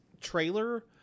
trailer